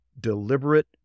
deliberate